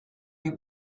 you